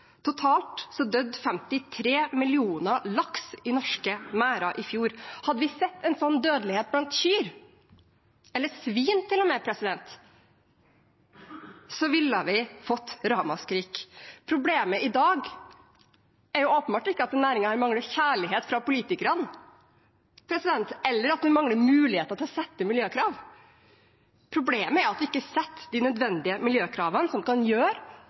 Totalt døde 53 millioner laks i norske merder i fjor. Hadde vi sett en så høy dødelighet blant kyr eller svin, ville vi fått ramaskrik. Problemet i dag er åpenbart ikke at denne næringen mangler kjærlighet fra politikerne, eller at vi mangler muligheter til å sette miljøkrav. Problemet er at vi ikke setter de nødvendige miljøkravene som